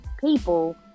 people